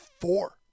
four